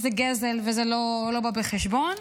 זה גזל וזה לא בא בחשבון.